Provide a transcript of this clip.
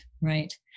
right